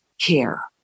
care